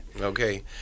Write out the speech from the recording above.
Okay